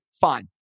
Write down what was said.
fine